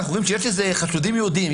אנחנו רואים שיש חשודים יהודים,